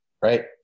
right